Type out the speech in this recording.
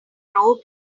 robe